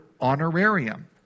honorarium